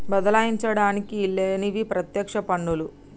బదలాయించడానికి ఈల్లేనివి పత్యక్ష పన్నులు